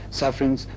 sufferings